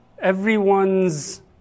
everyone's